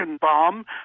Bomb